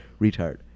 retard